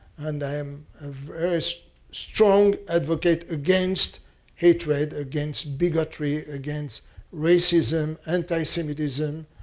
and i am a very strong advocate against hatred, against bigotry, against racism, antisemitism,